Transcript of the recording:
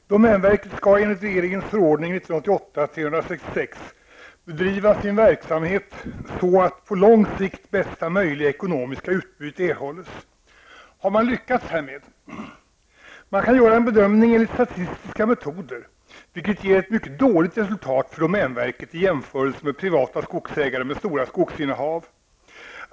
Herr talman! Domänverket skall enligt regeringens förordning 1988/366 bedriva sin verksamhet så , att på lång sikt bästa möjliga ekonomiska utbyte erhålles. Har man lyckats härmed? Man kan göra en bedömning med statistiska metoder, som ger ett mycket dåligt resultat för domänverket i jämförelse med privata skogsägare som har stora skogsinnehav.